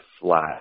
flat